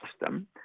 system